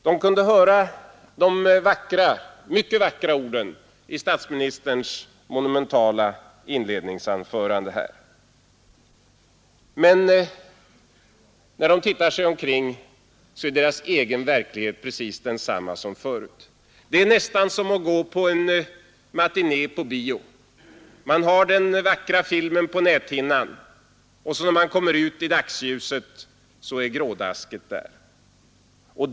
De kunde höra de mycket vackra orden i statsministerns monumentala inledningsanförande, men när de tittar sig omkring finner de att deras egen verklighet är precis densamma som förut. Det är nästan som att gå på en matiné på bio. Man har den vackra filmen på näthinnan, och när man kommer ut i dagsljuset är grådasket där.